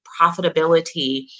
profitability